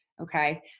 okay